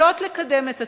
יכולות לקדם את עצמם,